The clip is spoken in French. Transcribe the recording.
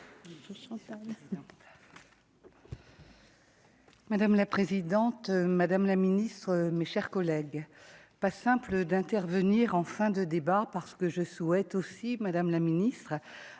Madame la présidente, madame la ministre, mes chers collègues, pas simple d'intervenir en fin de débat parce que je souhaite aussi, Madame la Ministre,